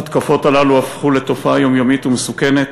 ההתקפות האלה הפכו לתופעה יומיומית ומסוכנת.